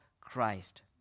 Christ